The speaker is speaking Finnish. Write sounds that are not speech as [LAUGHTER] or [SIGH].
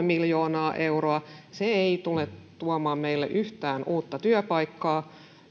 [UNINTELLIGIBLE] miljoonaa euroa se ei tule tuomaan meille yhtään uutta työpaikkaa